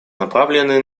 направленные